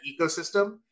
ecosystem